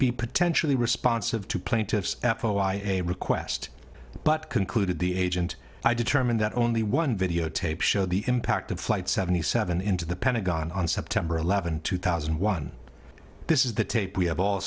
be potentially responsive to plaintiff's foia request but concluded the agent i determined that only one videotape showed the impact of flight seventy seven into the pentagon on september eleventh two thousand and one this is the tape we have all